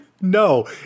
No